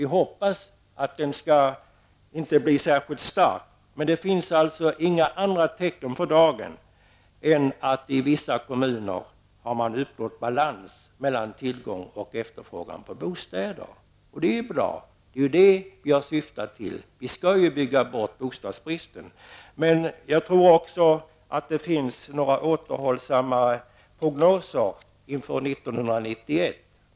Vi hoppas att den inte skall bli särskilt stark, men det finns alltså inga andra tecken för dagen än att man i vissa kommuner har uppnått balans mellan tillgång och efterfrågan av bostäder. Det är bra och det är det vi har åsyftat. Vi skall ju bygga bort bostadsbristen. Jag tror också att det finns återhållsamma prognoser inför 1991.